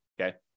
Okay